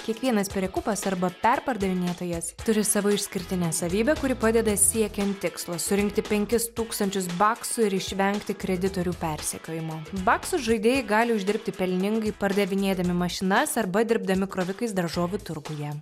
kiekvienas perikūpas arba perpardavinėtojas turi savo išskirtinę savybę kuri padeda siekiant tikslo surinkti penkis tūkstančius baksų ir išvengti kreditorių persekiojimo baksus žaidėjai gali uždirbti pelningai pardavinėdami mašinas arba dirbdami krovikais daržovių turguje